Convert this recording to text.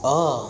oh